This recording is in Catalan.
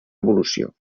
evolució